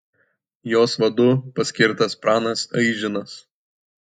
jos vadu paskirtas pranas aižinas